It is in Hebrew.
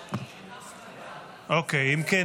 אני קובע כי סעיף 1,